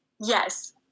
Yes